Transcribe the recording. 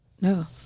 no